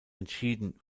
entschieden